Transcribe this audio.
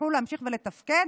שיוכלו להמשיך לתפקד,